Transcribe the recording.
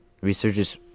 Researchers